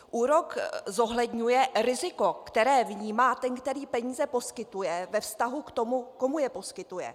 Úrok zohledňuje riziko, které vnímá ten, který peníze poskytuje, ve vztahu k tomu, komu je poskytuje.